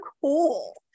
cool